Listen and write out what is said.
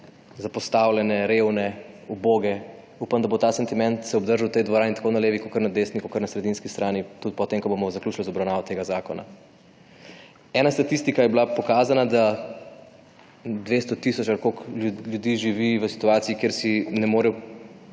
zapostavljene, revne, uboge. Upam, da bo ta sentiment se obdržal v tej dvorani tako na leti, kot na desni, kot na sredinski strani tudi po tem ko bomo zaključili z obravnavo tega zakona. Ena statistika je bila pokazana, da 200 tisoč ali koliko ljudi živi v situaciji kjer si ne morejo